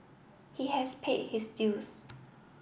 he has paid his dues